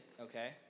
okay